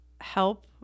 help